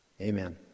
Amen